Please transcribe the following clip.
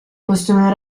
possono